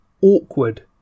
awkward